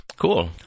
cool